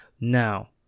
Now